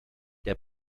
der